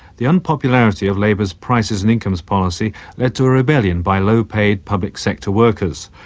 the unpopularity of labour's prices and incomes policy led to a rebellion by low-paid public sector workers.